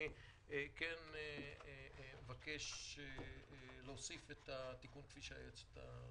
אני כן מבקש להוסיף את התיקון כפי שהיועצת המשפטית הציעה.